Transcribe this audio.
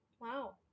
Wow